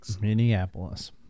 Minneapolis